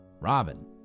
Robin